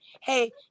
hey